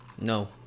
No